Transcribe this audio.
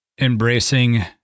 embracing